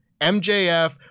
MJF